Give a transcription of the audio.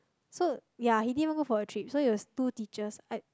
so ya he didn't even go for the trip so it was two teachers I